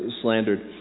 slandered